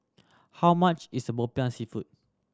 how much is Popiah Seafood